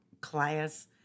class